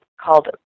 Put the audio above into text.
called